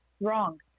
wrong